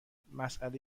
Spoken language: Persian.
مسئله